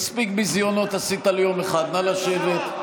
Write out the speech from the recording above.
מספיק ביזיונות עשית ליום אחד, נא לשבת.